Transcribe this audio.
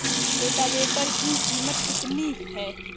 Rotavator की कीमत कितनी है?